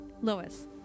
Lois